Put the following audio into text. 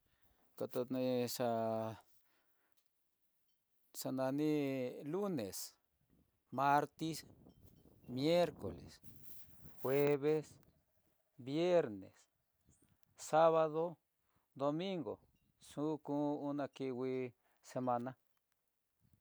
Kotonexa xanani, he lunes, martis, miercoles, jueves, viernes, sabado, domingo, xuku una kingui semana.